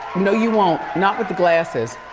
no, you won't, not with the glasses.